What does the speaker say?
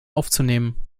aufzunehmen